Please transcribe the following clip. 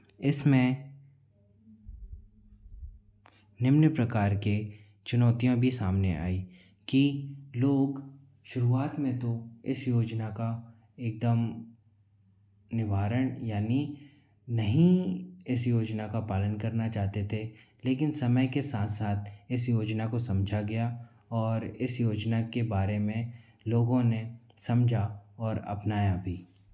इसमें निम्न प्रकार के चुनौतियाँ भी सामने आई कि लोग शुरुआत में तो इस योजना का एकदम निवारण यानी नहीं इस योजना का पालन करना चाहते थे लेकिन समय के साथ साथ इस योजना को समझा गया और इस योजना के बारे में लोगों ने समझा और अपनाया भी